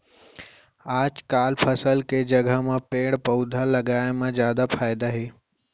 आजकाल फसल के जघा म पेड़ पउधा लगाए म जादा फायदा हे